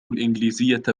الإنجليزية